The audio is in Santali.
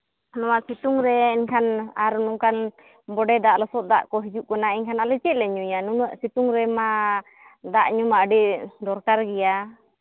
ᱱᱚᱣᱟ ᱥᱤᱛᱩᱝ ᱨᱮ ᱮᱱᱠᱷᱟᱱ ᱟᱨ ᱱᱚᱝᱠᱟᱱ ᱵᱚᱰᱮ ᱫᱟᱜ ᱞᱚᱥᱚᱫ ᱫᱟᱜ ᱠᱚ ᱦᱤᱡᱩᱜ ᱠᱟᱱᱟ ᱮᱱᱠᱷᱟᱱ ᱟᱞᱮ ᱪᱮᱫ ᱞᱮ ᱧᱩᱭᱟ ᱱᱩᱱᱟᱹᱜ ᱥᱤᱛᱩᱝ ᱨᱮᱢᱟ ᱫᱟᱜ ᱧᱩ ᱢᱟ ᱟᱹᱰᱤ ᱫᱚᱨᱠᱟᱨ ᱜᱮᱭᱟ